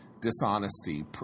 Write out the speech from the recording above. dishonesty